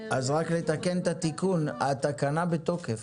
אז רק לתקן את התיקון, התקנה בתוקף,